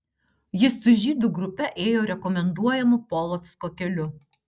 jis su žydų grupe ėjo rekomenduojamu polocko keliu